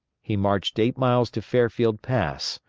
he marched eight miles to fairfield pass.